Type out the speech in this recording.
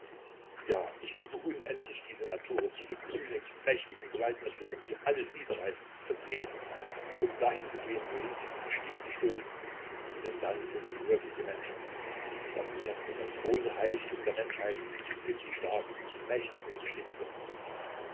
ja ich liebe unendlich diese naturen diese kühnen mächtigen gewaltnaturen die alles niederreißen zertreten um dahin zu gehen wohin sie die instinkte stoßen denn dann sind sie wirklich menschen das innerste das große heiligtum der menschheit sind die starken mächtigen instinkte